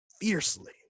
fiercely